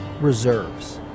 reserves